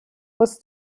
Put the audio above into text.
was